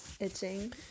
itching